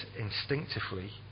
instinctively